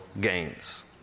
gains